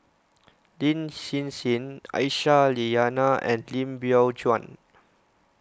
Lin Hsin Hsin Aisyah Lyana and Lim Biow Chuan